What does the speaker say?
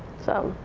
so